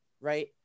right